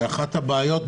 אחת הבעיות,